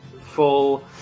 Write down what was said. full